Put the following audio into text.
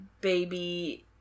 baby